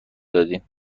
دادیم